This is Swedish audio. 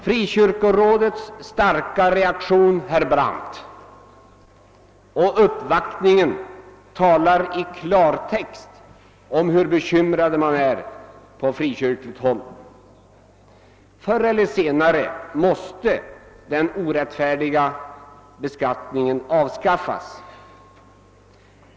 Frikyrkorådets starka reaktion, herr Brandt, och uppvaktningen talar i klartext om hur bekymrad man är på frikyrkligt håll. Förr eller sena re måste den orättfärdiga beskattningen avskaffas.